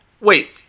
Wait